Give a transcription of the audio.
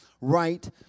right